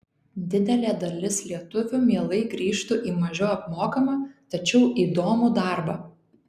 didelė dalis lietuvių mielai grįžtų į mažiau apmokamą tačiau įdomų darbą